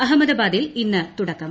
അഹമ്മദാബാദിൽ ഇന്ന് തുടക്കം